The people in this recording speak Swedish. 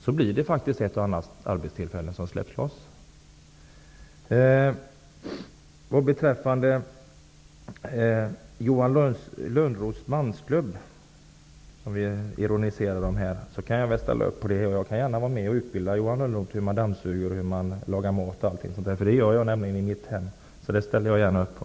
Då blir det faktiskt ett och annat arbetstillfälle som släpps loss. När det gäller Johan Lönnroths mansklubb, som vi ironiserade över här, kan jag ställa upp där också. Jag kan gärna vara med och utbilda Johan Lönnroth i hur man dammsuger, lagar mat osv. Det gör jag nämligen i mitt hem. Det ställer jag gärna upp på.